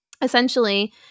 essentially